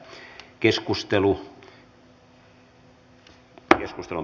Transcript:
keskustelua ei syntynyt